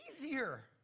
easier